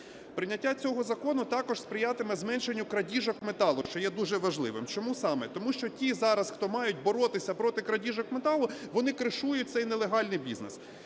Прийняття цього закону також сприятиме зменшенню крадіжок металу, що є дуже важливим. Чому саме? Тому що ті зараз, хто мають боротися проти крадіжок металу, вони кришують цей нелегальний бізнес.